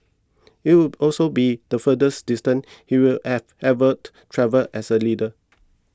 it would also be the furthest distance he will have ever travelled as a leader